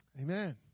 Amen